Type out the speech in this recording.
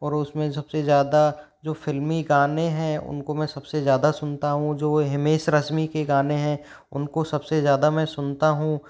और उस में सबसे ज़्यादा जो फ़िल्मी गाने हैं उन को मैं सब से ज़्यादा सुनता हूँ जो वो हिमेश रेशमिया के गाने हैं उन को सब से ज़्यादा मैं सुनता हूँ